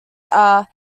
are